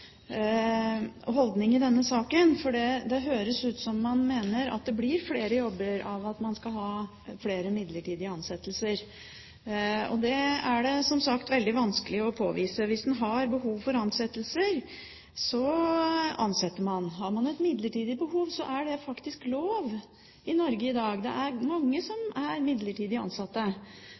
Folkepartis holdning i denne saken. Det høres ut som man mener at det blir flere jobber av å ha flere midlertidige ansettelser. Det er det, som sagt, veldig vanskelig å påvise. Hvis man har behov for å ansette, ansetter man. Har man et midlertidig behov, er det faktisk lov i Norge i dag. Det er mange som er midlertidig